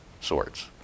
sorts